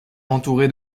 entouré